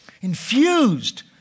Infused